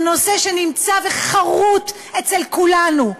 בנושא שנמצא וחרות אצל כולנו,